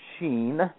machine